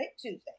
Tuesday